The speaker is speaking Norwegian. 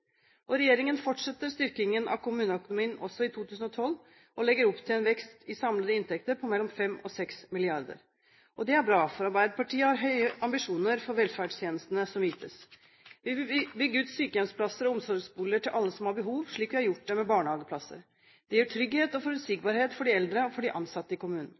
Regjeringen fortsetter styrkingen av kommuneøkonomien også i 2012, og legger opp til en vekst i samlede inntekter på mellom 5 og 6 mrd. kr. Og det er bra, for Arbeiderpartiet har høye ambisjoner for velferdstjenestene som ytes. Vi vil bygge ut sykehjemsplasser og omsorgsboliger til alle som har behov, slik vi har gjort det med barnehageplasser. Det gir trygghet og forutsigbarhet for de eldre og for de ansatte i